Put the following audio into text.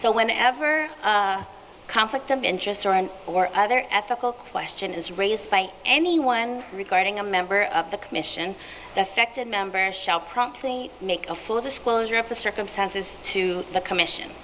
so whenever a conflict of interest or an or other ethical question is raised by anyone regarding a member of the commission defected members shall promptly make a full disclosure of the circumstances to the commission